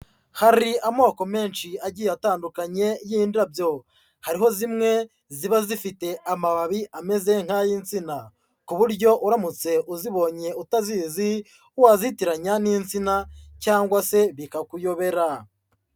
Hari amoko menshi agiye atandukanye y'indabyo, hariho zimwe ziba zifite amababi ameze nk'ay'insina, ku buryo uramutse uzibonye utazizi wazitiranya n'insina cyangwa se bikakuyobera.